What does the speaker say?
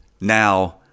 Now